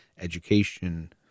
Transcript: education